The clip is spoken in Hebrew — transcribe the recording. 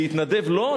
להתנדב לא?